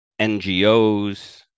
NGOs